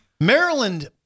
Maryland